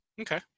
Okay